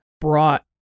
brought